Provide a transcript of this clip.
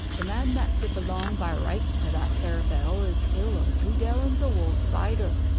the man that d'belong by rights to that there bell is ill o' two gallons o' wold cider